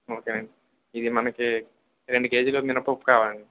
okay అండి ఇది మనకి రెండు కేజీల మినప్పప్పు కావాలండి